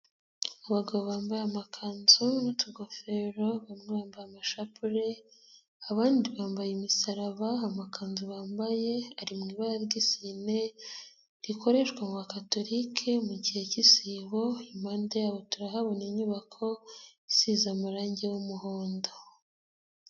Abagabo bambaye amakanzu n'utugofero bamwe bambaye amashapule, abandi bambaye imisaraba, amakanzu bambaye ari mu ibara ry'isine rikoreshwa mu bakatolike mu gihe k'isibo, impande yabo turahabona inyubako isize irange ry'umuhondo.